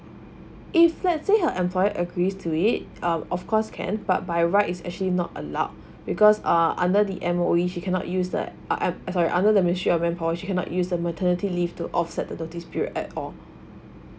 if let's say her employee agrees to it uh of course can but by right is actually not allowed because uh under the M_O_E she cannot use that uh I'm sorry under the ___ she cannot use the maternity leave to offset the notice period at all